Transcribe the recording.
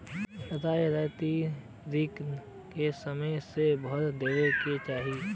रियायती रिन के समय से भर देवे के चाही